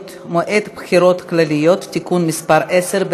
(מועד בחירות כלליות) (תיקון מס' 10),